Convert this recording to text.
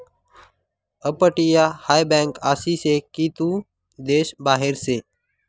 अपटीया हाय बँक आसी से की तू देश बाहेर से